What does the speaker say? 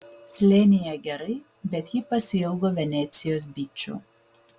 slėnyje gerai bet ji pasiilgo venecijos byčo